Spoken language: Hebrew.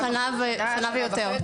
שנה ויותר.